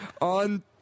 on